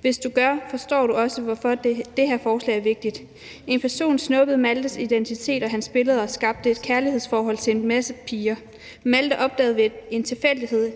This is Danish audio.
Hvis du gør, forstår du også, hvorfor det her forslag er vigtigt. En person snuppede Maltes identitet og hans billeder og skabte et kærlighedsforhold til en masse piger. Malte opdagede ved en tilfældighed,